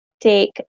take